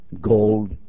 gold